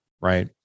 Right